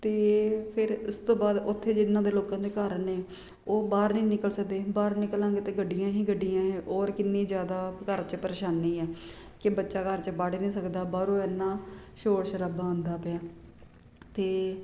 ਅਤੇ ਫਿਰ ਉਸ ਤੋਂ ਬਾਅਦ ਓੱਥੇ ਜਿਹਨਾਂ ਦੇ ਲੋਕਾਂ ਦੇ ਘਰ ਨੇ ਉਹ ਬਾਹਰ ਨਹੀਂ ਨਿਕਲ ਸਕਦੇ ਬਾਹਰ ਨਿਕਲਾਂਗੇ ਤਾਂ ਗੱਡੀਆਂ ਹੀ ਗੱਡੀਆਂ ਹੈ ਔਰ ਕਿੰਨੀ ਜ਼ਿਆਦਾ ਘਰ 'ਚ ਪਰੇਸ਼ਾਨੀ ਹੈ ਕਿ ਬੱਚਾ ਘਰ 'ਚ ਵੜ ਹੀ ਨਹੀਂ ਸਕਦਾ ਬਾਹਰੋਂ ਇੰਨਾ ਸ਼ੌਰ ਸ਼ਰਾਬਾ ਆਂਦਾ ਪਿਆ ਅਤੇ